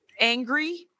angry